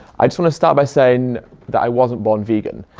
i just want to start by saying that i wasn't born vegan.